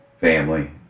family